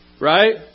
Right